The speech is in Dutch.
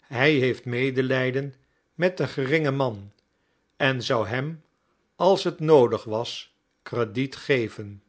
hij heeft medelijden met den geringen man en zou hem als het noodig was crediet geven